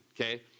okay